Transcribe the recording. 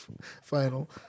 final